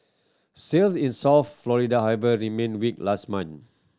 sales in South Florida however remained weak last month